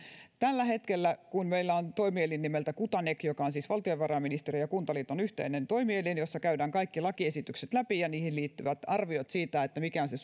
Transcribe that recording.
tällä hetkellä meillä on toimielin nimeltä kuthanek joka on siis valtiovarainministeriön ja kuntaliiton yhteinen toimielin jossa käydään läpi kaikki lakiesitykset ja niihin liittyvät arviot siitä mikä on se